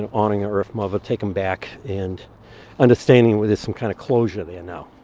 and ah honing ah earth mother. take him back and understanding, with some kind of closure they are now.